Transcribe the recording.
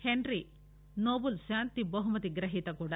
henry Nobel శాంతి బహుమతి గ్రహీత కూడా